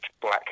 black